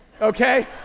okay